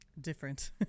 different